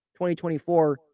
2024